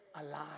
alive